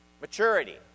maturity